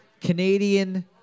Canadian